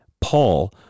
Paul